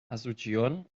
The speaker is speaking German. asunción